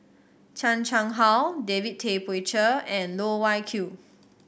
Chan Chang How David Tay Poey Cher and Loh Wai Kiew